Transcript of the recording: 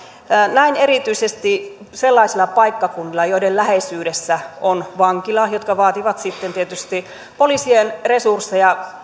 näin on erityisesti sellaisilla paikkakunnilla joiden läheisyydessä on vankila mikä vaatii sitten tietysti poliisien resursseja